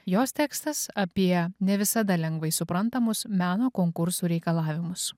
jos tekstas apie ne visada lengvai suprantamus meno konkursų reikalavimus